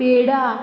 पेडा